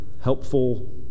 helpful